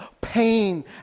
pain